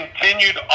continued